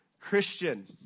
Christian